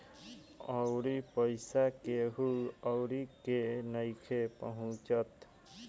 अउरी पईसा केहु अउरी के नइखे पहुचत